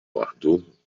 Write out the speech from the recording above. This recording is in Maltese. waħdu